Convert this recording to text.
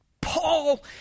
Paul